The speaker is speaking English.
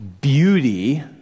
beauty